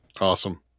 Awesome